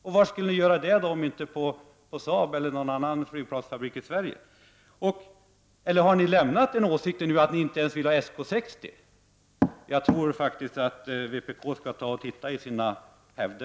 Och var skall ni göra denna utbyggnad om inte på Saab eller någon annan flygplansfabrik i Sverige? Eller har ni nu lämnat er åsikt, så att ni inte ens vill ha Sk 60? Jag tror faktiskt att vpk skall titta ett tag i sina hävder.